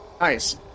Nice